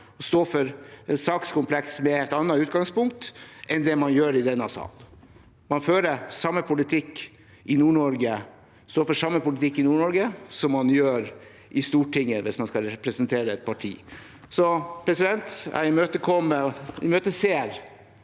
og stå for et sakskompleks med et annet utgangspunkt enn det man gjør i denne sal. Man står for samme politikk i Nord-Norge som man gjør i Stortinget, hvis man skal representere et parti. Så jeg imøteser